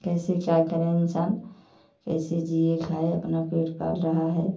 कैसे क्या करे इंसान कैसे जिए खाए अपना पेट पाल रहा है